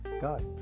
God